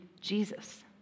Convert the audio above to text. Jesus